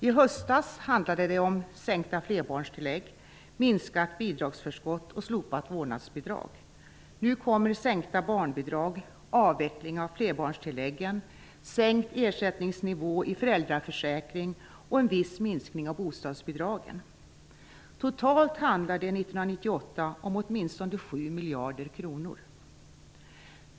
I höstas handlade det om sänkta flerbarnstillägg, minskat bidragsförskott och slopat vårdnadsbidrag. Nu tillkommer sänkta barnbidrag, avveckling av flerbarnstilläggen, sänkt ersättningsnivå i föräldraförsäkringen och en viss minskning av bostadsbidragen. Totalt handlar det 1998 om åtminstone 7 miljarder kronor.